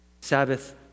Sabbath